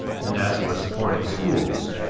and as for supporting schools,